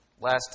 last